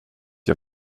jag